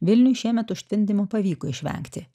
vilniuj šiemet užtvindymo pavyko išvengti